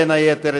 בין היתר,